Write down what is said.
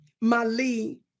Mali